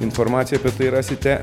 informaciją apie tai rasite